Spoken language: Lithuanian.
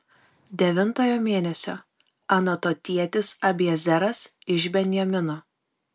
devintojo mėnesio anatotietis abiezeras iš benjamino